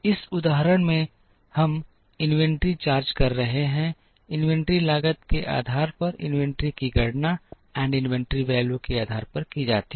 इस उदाहरण में हम इन्वेंट्री चार्ज कर रहे हैं इन्वेंट्री लागत के आधार पर इन्वेंट्री की गणना एंड इनवेंटरी वैल्यू के आधार पर की जाती है